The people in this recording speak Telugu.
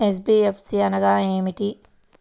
ఎన్.బీ.ఎఫ్.సి అనగా ఏమిటీ?